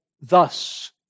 thus